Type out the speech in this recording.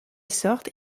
sorte